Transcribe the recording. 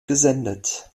gesendet